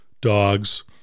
dogs